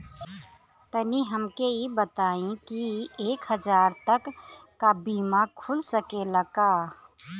तनि हमके इ बताईं की एक हजार तक क बीमा खुल सकेला का?